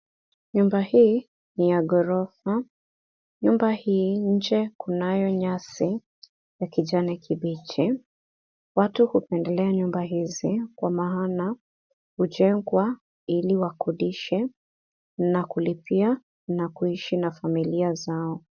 Nyumba hii ni ya ghorofa. Nyumba hii nje kunayo nyasi ya kijani kibichi. Watu hupendelea nyumba hizi kwa maana hujengwa ili wakodishe na kulipia na kuishi na familia zao.